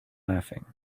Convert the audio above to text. laughing